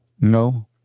No